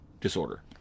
disorder